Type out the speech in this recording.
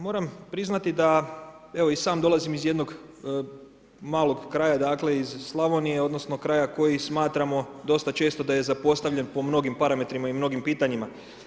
Moram priznati da evo i sam dolazim iz jednog malog kraja, dakle, iz Slavonije odnosno kraja kojeg smatramo dosta često da je zapostavljen po mnogim parametrima i mnogim pitanjima.